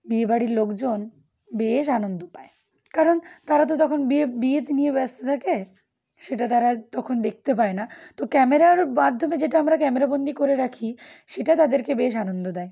বিয়েবাড়ির লোকজন বেশ আনন্দ পায় কারণ তারা তো তখন বিয়ে বিয়েতে নিয়ে ব্যস্ত থাকে সেটা তারা তখন দেখতে পায় না তো ক্যামেরার মাধ্যমে যেটা আমরা ক্যামেরাবন্দি করে রাখি সেটা তাদেরকে বেশ আনন্দ দেয়